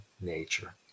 nature